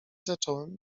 zacząłem